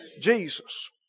Jesus